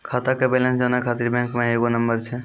खाता के बैलेंस जानै ख़ातिर बैंक मे एगो नंबर छै?